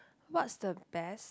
what's the best